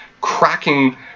cracking